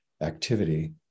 activity